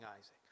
Isaac